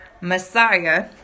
Messiah